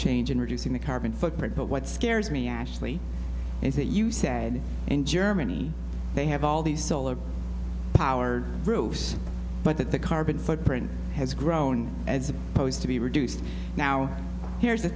change in reducing the carbon footprint but what scares me ashley is that you said in germany they have all these solar powered roofs but that the carbon footprint has grown as opposed to be reduced now here's the